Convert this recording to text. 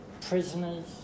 prisoners